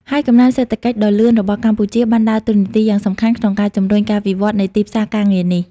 ហើយកំណើនសេដ្ឋកិច្ចដ៏លឿនរបស់កម្ពុជា បានដើរតួនាទីយ៉ាងសំខាន់ក្នុងការជំរុញការវិវត្តន៍នៃទីផ្សារការងារនេះ។